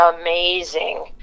amazing